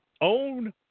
Own